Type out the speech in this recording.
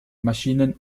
maschinen